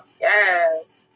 Yes